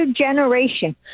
generation